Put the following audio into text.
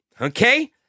okay